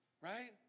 right